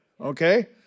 Okay